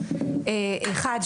אחד,